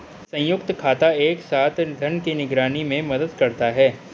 संयुक्त खाता एक साथ धन की निगरानी में मदद करता है